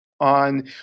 on